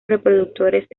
reproductores